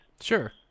Sure